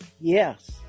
yes